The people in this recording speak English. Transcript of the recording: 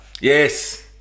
yes